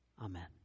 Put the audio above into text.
Amen